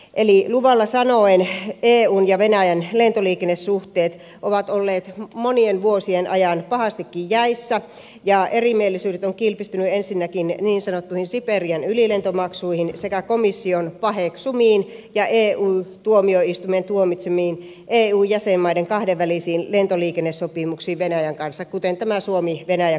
luvalla sanoen eun ja venäjän lentoliikennesuhteet ovat olleet monien vuosien ajan pahastikin jäissä ja erimielisyydet ovat kilpistyneet ensinnäkin niin sanottuihin siperian ylilentomaksuihin sekä komission paheksumiin ja ey tuomioistuimen tuomitsemiin eu jäsenmaiden kahdenvälisiin lentoliikennesopimuksiin venäjän kanssa kuten on tämä suomivenäjä kahdenkeskinen sopimus